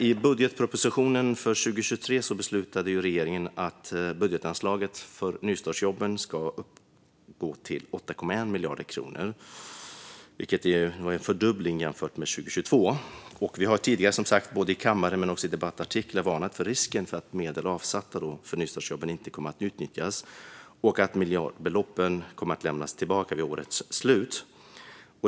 I budgetpropositionen för 2023 beslutade regeringen att budgetanslaget för nystartsjobben ska uppgå till 8,1 miljarder kronor, en fördubbling jämfört med 2022. Vi har tidigare som sagt, både i kammaren och i debattartiklar, varnat för risken för att medel avsatta för nystartsjobb inte kommer att utnyttjas utan att miljardbelopp kommer att lämnas tillbaka vid årets slut.